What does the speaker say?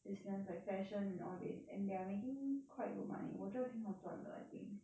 business like fashion and all these and they're making quite good money 我觉得挺好赚的 I think